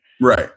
right